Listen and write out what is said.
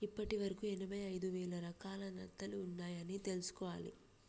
ఇప్పటి వరకు ఎనభై ఐదు వేల రకాల నత్తలు ఉన్నాయ్ అని తెలుసుకోవాలి